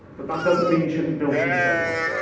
but that doesn't mean you shouldn't build things anyway.